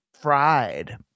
fried